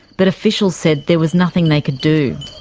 but officials said there was nothing they could do.